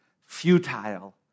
futile